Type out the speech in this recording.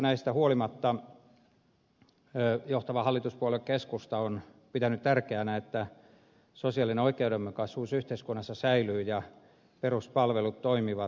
kaikesta tästä huolimatta johtava hallituspuolue keskusta on pitänyt tärkeänä että sosiaalinen oikeudenmukaisuus yhteiskunnassa säilyy ja peruspalvelut toimivat